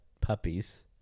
puppies-